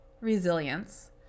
resilience